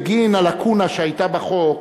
בגין הלקונה שהיתה בחוק,